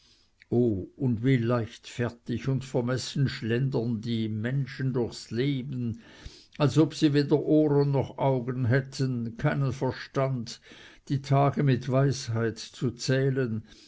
und wie leichtfertig und vermessen schlendern die menschen durchs leben als ob sie weder ohren noch augen hätten keinen verstand die tage mit weisheit zu zählen